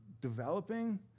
developing